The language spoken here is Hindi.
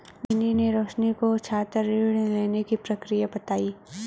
मोहिनी ने रोशनी को छात्र ऋण लेने की प्रक्रिया बताई